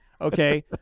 Okay